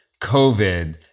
COVID